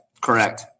Correct